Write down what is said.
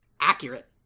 Accurate